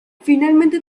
finalmente